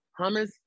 hummus